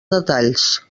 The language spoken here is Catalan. detalls